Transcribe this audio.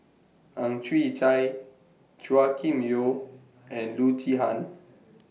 Ang Chwee Chai Chua Kim Yeow and Loo Zihan